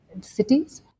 cities